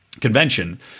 convention